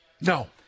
No